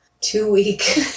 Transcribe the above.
two-week